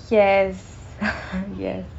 yes yes